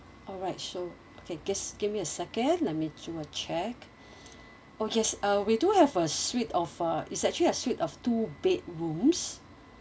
alright sure okay gets give me a second let me do a check oh yes uh we do have a suite of uh it's actually a suite of two bedrooms